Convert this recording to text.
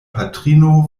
patrino